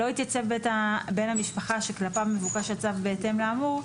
לא התייצב בן המשפחה שכלפיו מבוקש הצו בהתאם לאמור,